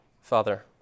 Father